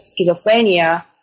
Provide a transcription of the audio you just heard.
schizophrenia